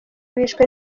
bishwe